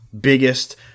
biggest